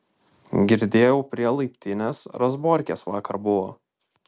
girdėjau prie laiptinės razborkės vakar buvo